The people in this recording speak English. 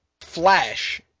Flash